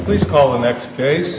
please call the next case